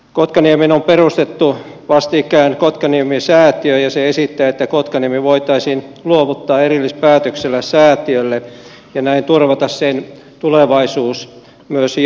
kotkaniemeen on perustettu vastikään kotkaniemi säätiö ja se esittää että kotkaniemi voitaisiin luovuttaa erillispäätöksellä säätiölle ja näin turvata sen tulevaisuus myös jatkossa